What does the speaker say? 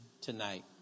tonight